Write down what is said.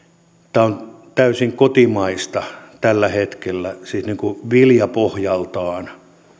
tämä on täysin kotimaista tällä hetkellä siis viljapohjaltaan